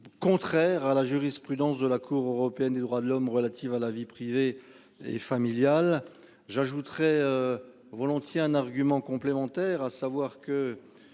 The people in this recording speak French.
Contraire à la jurisprudence de la Cour européenne des droits de l'Homme relatives à la vie privée et familiale. J'ajouterais. Volontiers un argument complémentaire à savoir que.